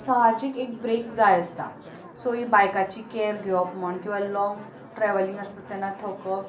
साहजीक एक ब्रेक जाय आसता सो ही बायकाची कॅर घेवप म्हण किंवां लाँग ट्रेवल्हींग आसता तेन्ना थकप